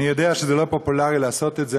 אני יודע שלא פופולרי לעשות את זה,